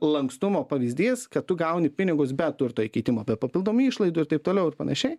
lankstumo pavyzdys kad tu gauni pinigus be turto įkeitimo be papildomų išlaidų ir taip toliau ir panašiai